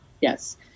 yes